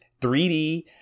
3D